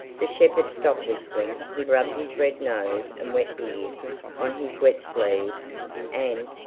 the shepherd stopped whistling he rubbed his red nose and wet beard on his wet sleeve and,